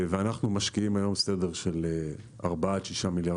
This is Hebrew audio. אנחנו משקיעים היום סדר גודל של 6-4 מיליארד